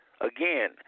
Again